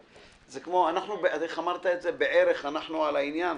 כאילו אמרת: "בערך אנחנו על העניין".